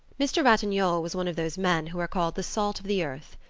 mr. ratignolle was one of those men who are called the salt of the earth.